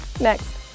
next